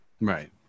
Right